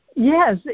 Yes